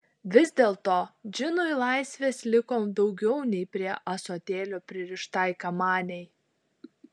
vis dėlto džinui laisvės liko daugiau nei prie ąsotėlio pririštai kamanei